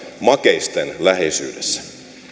makeisten läheisyydessä